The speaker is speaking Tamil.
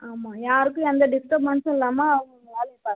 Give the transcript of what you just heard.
ஆமாம் யாருக்கும் எந்த டிஸ்டர்பென்ஸும் இல்லாமல் அவங்க அவங்க வேலையை பார்க்கனும்